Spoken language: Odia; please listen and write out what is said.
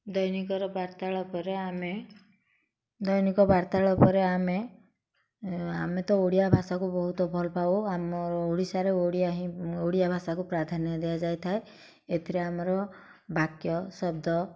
ଦୈନିକର ବାର୍ତ୍ତାଳପରେ ଆମେ ଦୈନିକ ବାର୍ତ୍ତାଳପରେ ଆମେ ଆମେ ତ ଓଡ଼ିଆ ଭାଷାକୁ ବହୁତ ଭଲ ପାଉ ଆମର ଓଡ଼ିଶାରେ ଓଡ଼ିଆ ହିଁ ଓଡ଼ିଆ ଭାଷାକୁ ପ୍ରାଧାନ୍ୟ ଦିଆଯାଇଥାଏ ଏଥିରେ ଆମର ବାକ୍ୟ ଶବ୍ଦ